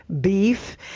beef